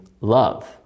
love